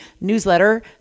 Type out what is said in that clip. newsletter